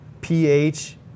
pH